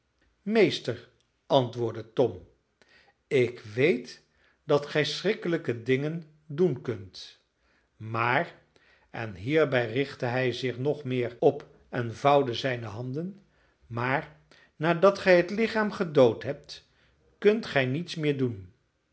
meester antwoordde tom ik weet dat gij schrikkelijke dingen doen kunt maar en hierbij richtte hij zich nog meer op en vouwde zijne handen maar nadat gij het lichaam gedood hebt kunt gij niets meer doen